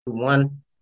one